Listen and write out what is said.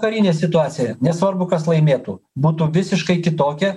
karinė situacija nesvarbu kas laimėtų būtų visiškai kitokia